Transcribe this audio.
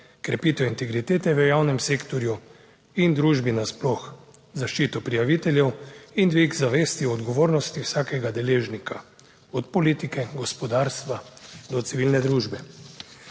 krepitev integritete v javnem sektorju. In družbi nasploh, zaščito prijaviteljev in dvig zavesti o odgovornosti vsakega deležnika. od politike, gospodarstva do civilne družbe.